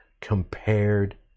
compared